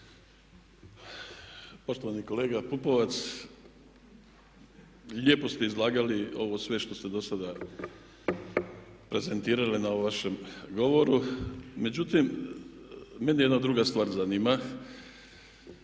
Poštovani kolega Pupovac, lijepo ste izlagali ovo sve što ste do sada prezentirali na ovom vašem govoru. Međutim, mene jedna druga stvar zanima.